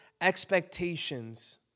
expectations